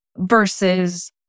versus